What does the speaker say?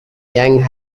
young